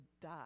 die